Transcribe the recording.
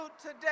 today